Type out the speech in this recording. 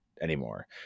anymore